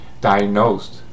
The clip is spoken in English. diagnosed